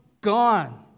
gone